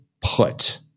put